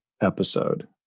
episode